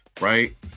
Right